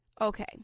Okay